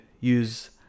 use